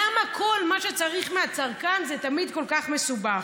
למה כל מה שצריך הצרכן זה תמיד כל כך מסובך?